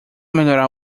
melhorar